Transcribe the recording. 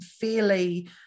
fairly